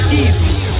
easy